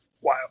wow